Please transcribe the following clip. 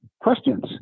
questions